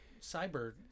cyber